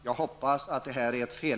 Jag hoppas att referatet är fel.